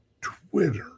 Twitter